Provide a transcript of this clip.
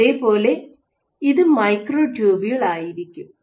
അതേപോലെ ഇത് മൈക്രോട്യൂബുൾ ആയിരിക്കും